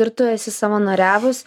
ir tu esi savanoriavus